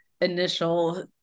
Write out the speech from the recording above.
initial